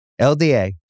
LDA